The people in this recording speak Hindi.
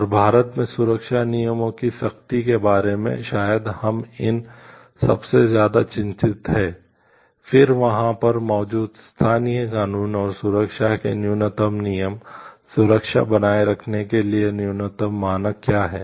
और भारत में सुरक्षा नियमों की सख्ती के बारे में शायद हम इन सबसे ज्यादा चिंतित हैं फिर वहां पर मौजूद स्थानीय कानून और सुरक्षा के न्यूनतम नियम सुरक्षा बनाए रखने के लिए न्यूनतम मानक क्या हैं